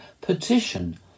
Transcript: petition